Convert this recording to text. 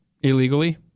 illegally